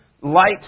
light